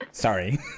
sorry